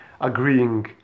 agreeing